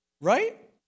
Right